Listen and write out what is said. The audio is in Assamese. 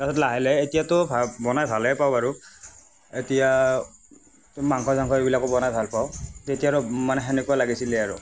তাৰপাছত লাহে লাহে এতিয়াতো ভাত বনাই ভালে পাওঁ বাৰু এতিয়া এই মাংস চাংস এইবিলাকো বনাই ভালপাওঁ তেতিয়া আৰু মানে সেনেকুৱা লাগিছিলে আৰু